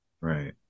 Right